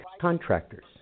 contractors